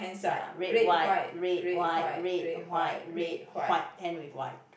ya red white red white red white red white end with white